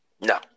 No